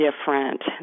different